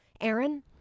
Aaron